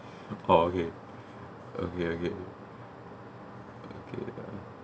oh okay okay okay okay